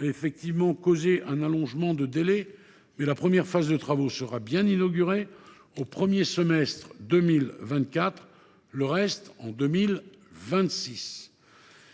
a effectivement causé un allongement des délais, mais la première phase de travaux sera bien inaugurée au premier semestre de 2024, et les suivantes en 2026.